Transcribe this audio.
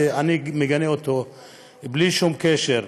אני מגנה אותו בלי שום קשר.